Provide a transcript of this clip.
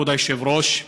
כבוד היושב-ראש: